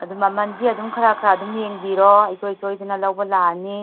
ꯑꯗꯨ ꯃꯃꯟꯁꯤ ꯑꯗꯨꯝ ꯈꯔ ꯈꯔ ꯑꯗꯨꯝ ꯌꯦꯡꯕꯤꯔꯣ ꯁꯨꯡꯁꯣꯏ ꯁꯣꯏꯗꯅ ꯂꯧꯕ ꯂꯥꯛꯑꯅꯤ